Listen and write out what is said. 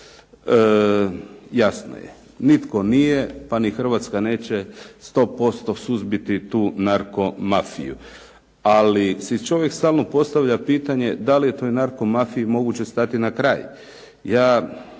Jasno je, nitko nije pa ni Hrvatska neće 100% suzbiti tu narkomafiju, ali si čovjek samo postavlja pitanje da li je toj narkomafiji moguće stati na kraj?